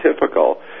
typical